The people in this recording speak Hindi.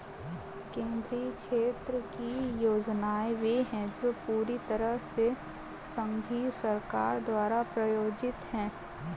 केंद्रीय क्षेत्र की योजनाएं वे है जो पूरी तरह से संघीय सरकार द्वारा प्रायोजित है